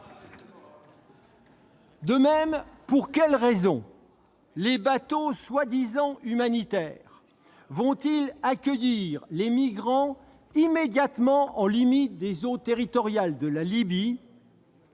De même, pour quelle raison les bateaux prétendument humanitaires accueillent-ils les migrants immédiatement en limite des eaux territoriales de la Libye